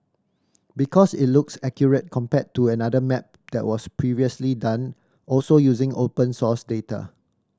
because it looks accurate compared to another map that was previously done also using open source data